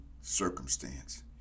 circumstance